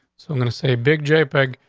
so i'm gonna say big j peg.